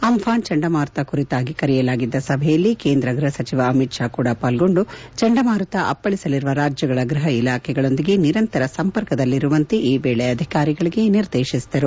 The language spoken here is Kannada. ಅಂಘಾನ್ ಚಂಡಮಾರುತದ ಕುರಿತಾಗಿ ಕರೆಯಲಾಗಿದ್ದ ಸಭೆಯಲ್ಲಿ ಕೇಂದ್ರ ಗೃಹ ಸಚಿವ ಅಮಿತ್ ಶಾ ಕೂಡ ಪಾಲ್ಗೊಂಡು ಚಂಡಮಾರುತ ಅಪ್ಪಳಸಲಿರುವ ರಾಜ್ಯಗಳ ಗೃಹ ಇಲಾಖೆಗಳೊಂದಿಗೆ ನಿರಂತರ ಸಂಪರ್ಕದಲ್ಲಿರುವಂತೆ ಈ ವೇಳೆ ಅಧಿಕಾರಿಗಳಿಗೆ ನಿರ್ದೇಶಿಸಿದರು